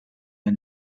the